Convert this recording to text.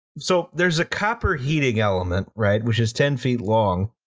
so there's a copper heating element, right, which is ten feet long,